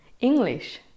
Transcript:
English